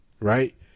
right